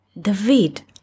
David